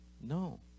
No